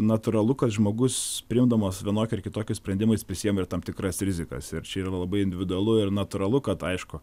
natūralu kad žmogus priimdamas vienokį ar kitokį sprendimą jis prisiima ir tam tikras rizikas ir čia yra labai individualu ir natūralu kad aišku